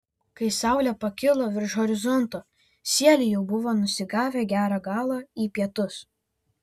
kai saulė pakilo virš horizonto sieliai jau buvo nusigavę gerą galą į pietus